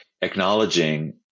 Acknowledging